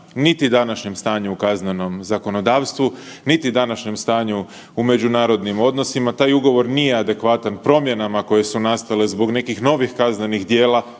niti današnjem stanju u kaznenom zakonodavstvu, niti današnjem stanju u međunarodnim odnosima. Taj ugovor nije adekvatan promjenama koje su nastale zbog nekih novih kaznenih djela,